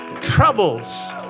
troubles